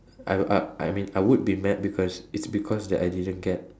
I got I I mean I would be mad because it's because that I didn't get